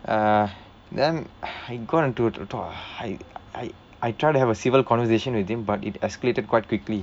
ah then it got into a to~ I I I try to have a civil conversation with him but it escalated quite quickly